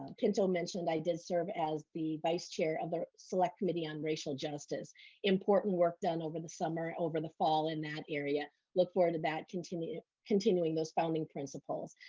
cancel mentioned, i did serve as the vice chair of the select committee on racial justice important work done over the summer over the fall in an area look forward to that continue continuing this founding principles,